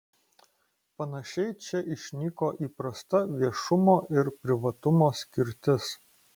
panašiai čia išnyko įprasta viešumo ir privatumo skirtis